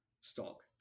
stock